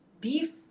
beef